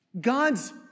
God's